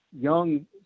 young